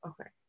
Okay